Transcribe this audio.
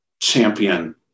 champion